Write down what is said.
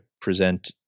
present